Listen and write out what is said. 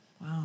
Wow